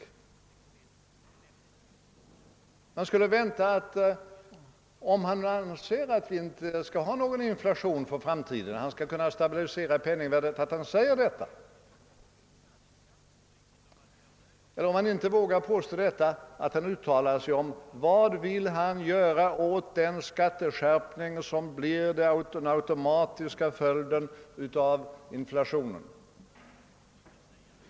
Man hade kunnat vänta sig att han skulle ha sagt ifrån, om han anser att vi inte skail vänta någon inflation i framtiden utan ett stabilt penningvärde. Om han inte vågar ställa det i utsikt borde han ha uttalat sig om vad han vill göra åt den skatteskärpning som blir den automatiska följden av inflationen.